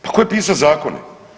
Pa ko je piso zakone?